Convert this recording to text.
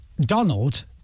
Donald